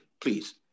please